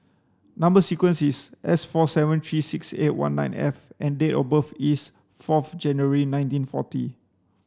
number sequence is S four seven three six eight one nine F and date of birth is fourth January nineteen forty